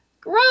grow